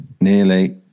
Nearly